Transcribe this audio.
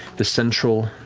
the central,